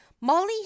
molly